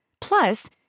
Plus